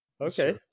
Okay